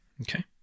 Okay